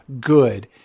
good